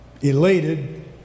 elated